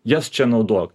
jas čia naudok